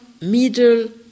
middle